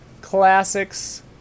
Classics